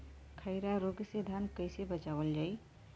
खैरा रोग से धान कईसे बचावल जाई?